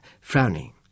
frowning